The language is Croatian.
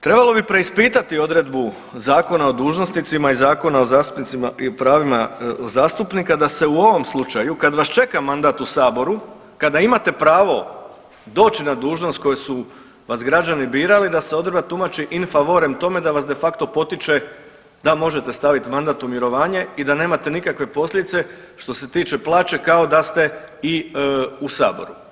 Trebalo bi preispitati odredbu zakona o dužnosnicima i Zakona o zastupnicima i pravima zastupnika da se u ovom slučaju kad vas čeka mandat u saboru, kada imate pravo doći na dužnost koju su vas građani birali da se odredba tumači in favorem tome da vas de facto potiče da možete staviti mandat u mirovanje i da nemate nikakve posljedice što se tiče plaće, kao da ste i u saboru.